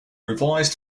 revised